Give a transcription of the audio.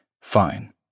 Fine